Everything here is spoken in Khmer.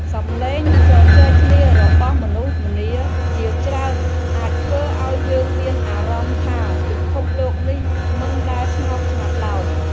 សំឡេងជជែកគ្នារបស់មនុស្សម្នាជាច្រើនអាចធ្វើឱ្យយើងមានអារម្មណ៍ថាពិភពលោកនេះមិនដែលស្ងប់ស្ងាត់ឡើយ។